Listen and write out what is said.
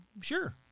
sure